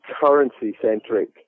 currency-centric